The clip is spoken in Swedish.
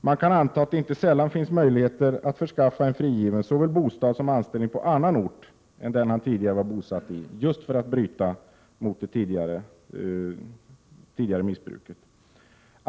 Man kan anta att det inte sällan finns möjligheter att förskaffa en frigiven, just för att bryta mot det tidigare missbruket, såväl bostad som anställning på en annan ort än den han tidigare var bosatt i.